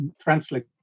translate